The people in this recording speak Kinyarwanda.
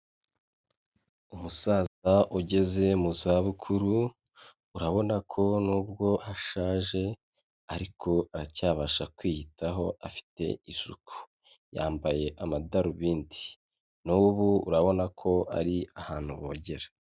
Umusaza ugeze mu zabukuru, urabona ko nubwo ashaje ariko aracyabasha kwiyitaho afite isuku. Yambaye amadarubindi n'ubu urabona ko ari ahantu bogera.